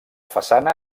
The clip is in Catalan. façana